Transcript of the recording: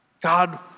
God